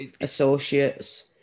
associates